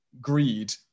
greed